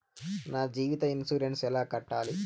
నా జీవిత ఇన్సూరెన్సు ఎలా కట్టాలి?